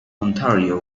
ontario